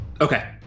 Okay